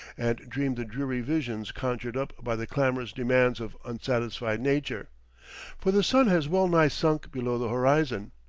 and dream the dreary visions conjured up by the clamorous demands of unsatisfied nature for the sun has well-nigh sunk below the horizon.